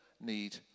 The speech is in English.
need